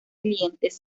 dientes